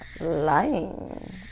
lying